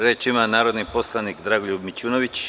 Reč ima narodni poslanik Dragoljub Mićunović.